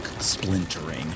splintering